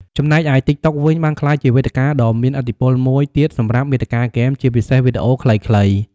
ចំណែកឯ ទីកតុក វិញ បានក្លាយជាវេទិកាដ៏មានឥទ្ធិពលមួយទៀតសម្រាប់មាតិកាហ្គេម ជាពិសេសវីដេអូខ្លីៗ។